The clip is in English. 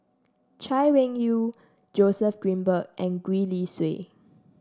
Chay Weng Yew Joseph Grimberg and Gwee Li Sui